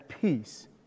peace